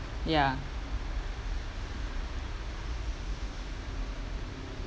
ya